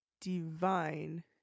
divine